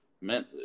meant